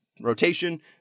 rotation